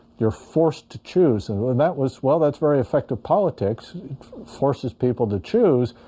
you're forced to choose, and that was well. that's very effective politics forces people to choose,